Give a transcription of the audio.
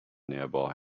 nearby